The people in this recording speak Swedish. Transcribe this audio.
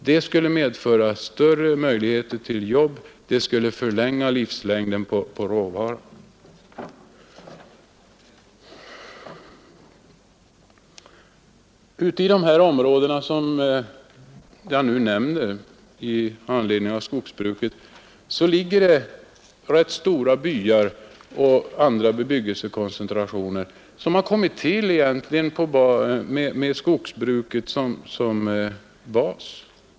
Det skulle medföra större möjligheter till jobb, det skulle öka livslängden på råvaran. Ute i de här områdena som jag nu nämner i samband med skogsbruket ligger det rätt stora byar och andra bebyggelsekoncentrationer, som egentligen har kommit till med skogsbruket som bas.